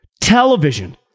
Television